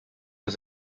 was